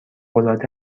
العاده